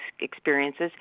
experiences